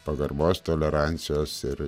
pagarbos tolerancijos ir